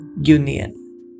union